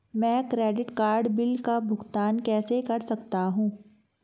मैं credit card bill का भुगतान कैसे कर सकता हूं?